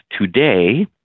today